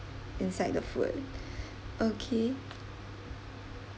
inside the food okay